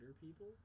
people